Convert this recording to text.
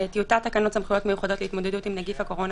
טיוטת תקנות סמכויות מיוחדות להתמודדות עם נגיף הקורונה